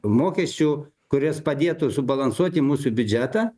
mokesčių kuris padėtų subalansuoti mūsų biudžetą